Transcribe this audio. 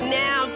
now